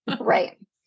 Right